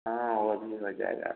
हाँ वह भी हो जाएगा